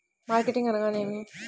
Marketing అనగానేమి?